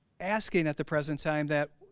asking at the present time that